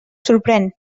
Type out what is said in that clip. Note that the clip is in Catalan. sorprèn